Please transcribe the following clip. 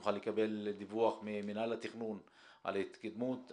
נוכל לקבל דיווח ממנהל התכנון על ההתקדמות.